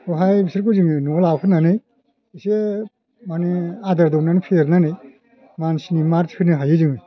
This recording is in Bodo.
बहाय बिसोरखौ जोङो न'आव लाबोनानै एसे मान् आदार दौनानै फेदेरनानै मानसिनि मात होनो हायो जों